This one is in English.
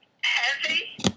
Heavy